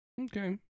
Okay